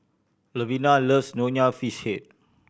Lavina loves Nonya Fish Head